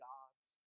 God's